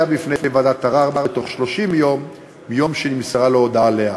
בפני ועדת ערר בתוך 30 יום מיום שנמסרה לו הודעה עליה.